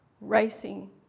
racing